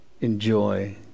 enjoy